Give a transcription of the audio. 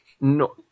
No